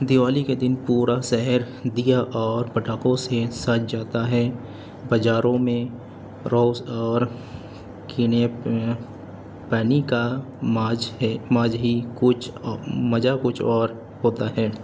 دیوالی کے دن پورا شہر دیا اور پٹاخوں سے سج جاتا ہے بازاروں میں روس اور کینے پانی کا ماج ہے ماج ہی کچھ مزہ کچھ اور ہوتا ہے